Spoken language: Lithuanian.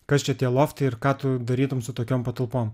kas čia tie loftai ir ką tu darytum su tokiom patalpom